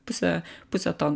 pusė pusė to